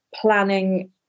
planning